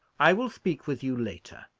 i will speak with you later.